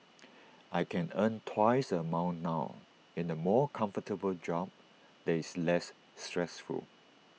I can earn twice the amount now in A more comfortable job that is less stressful